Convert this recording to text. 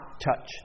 touch